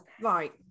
right